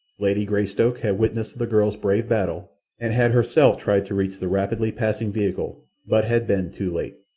lady greystoke had witnessed the girl's brave battle, and had herself tried to reach the rapidly passing vehicle, but had been too late.